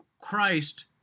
Christ